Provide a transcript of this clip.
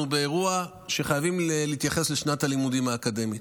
באירוע שחייבים להתייחס לשנת הלימודים האקדמית.